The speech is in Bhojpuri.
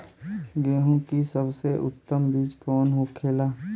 गेहूँ की सबसे उत्तम बीज कौन होखेला?